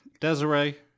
Desiree